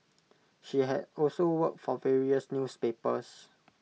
she had also worked for various newspapers